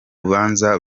rubanza